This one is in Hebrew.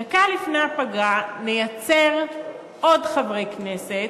דקה לפני הפגרה לייצר עוד חברי כנסת,